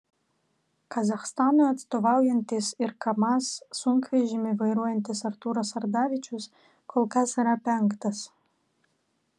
kazachstanui atstovaujantis ir kamaz sunkvežimį vairuojantis artūras ardavičius kol kas yra penktas